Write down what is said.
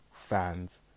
fans